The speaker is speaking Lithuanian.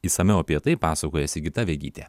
išsamiau apie tai pasakoja sigita vegytė